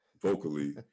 vocally